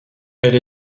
elle